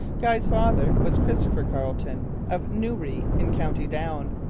guy's father was christopher carleton of newry in county down.